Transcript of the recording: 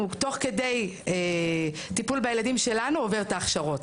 הוא תוך כדי טיפול בילדים שלנו עובר את ההכשרות,